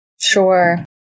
Sure